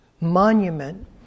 monument